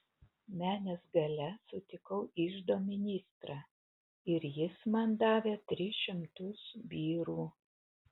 menės gale sutikau iždo ministrą ir jis man davė tris šimtus birų